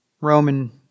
Roman